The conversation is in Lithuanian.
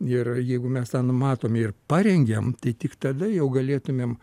ir jeigu mes tą numatom ir parengiam tai tik tada jau galėtumėm